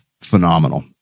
phenomenal